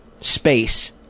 space